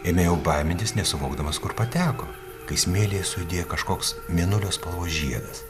ėmė jau baimintis nesuvokdamas kur pateko kai smėlyje sujudėjo kažkoks mėnulio spalvos žiedas